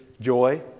Joy